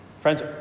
Friends